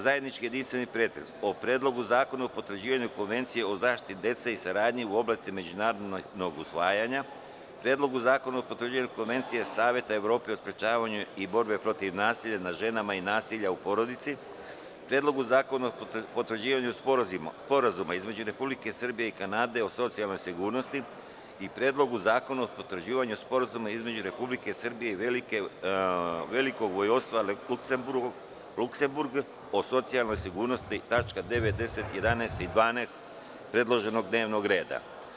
Zajednički jedinstveni pretres o: Predlogu zakona o potvrđivanju Konvencije o zaštiti dece i saradnji u oblasti međunarodnog usvojenja; Predlogu zakona o potvrđivanju Konvencije Saveta Evrope o sprečavanju i borbi protiv nasilja nad ženama i nasilja u porodici; Predlogu zakona o potvrđivanju Sporazuma između Republike Srbije i Kanade o socijalnoj sigurnosti; Predlogu zakona o potvrđivanju Sporazuma između Republike Srbije i Velikog Vojvodstva Luksemburg o socijalnoj sigurnosti (tačke 9, 10, 11. i 12. predloženog dnevnog reda)